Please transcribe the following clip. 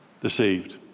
deceived